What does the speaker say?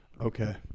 Okay